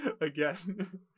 again